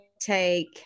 take